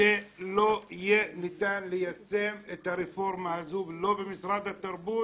שלא יהיה ניתן ליישם את הרפורמה הזאת לא במשרד התרבות